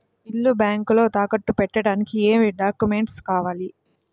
ఇల్లు బ్యాంకులో తాకట్టు పెట్టడానికి ఏమి డాక్యూమెంట్స్ కావాలి?